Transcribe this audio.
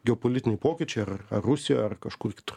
geopolitiniai pokyčiai ar ar rusijoj ar kažkur kitur